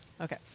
Okay